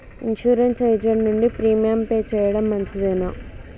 Insurance agent నుండి premium pay చేయడం మంచిదేనా?